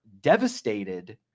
devastated